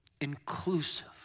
inclusive